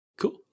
cool